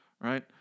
right